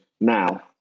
now